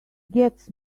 gets